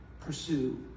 pursue